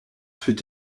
fut